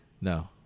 No